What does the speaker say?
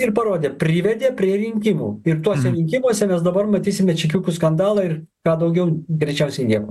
ir parodė privedė prie rinkimų ir tuose rinkimuose mes dabar matysime čekiukų skandalą ir ką daugiau greičiausiai nieko